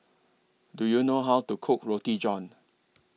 Do YOU know How to Cook Roti John